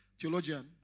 Theologian